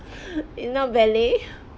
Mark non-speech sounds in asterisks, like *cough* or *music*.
you know ballet *laughs*